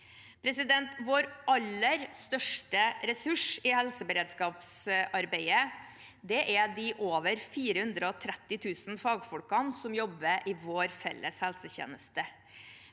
Vår aller største ressurs i helseberedskapsarbeidet er de over 430 000 fagfolkene som jobber i vår felles helsetjeneste.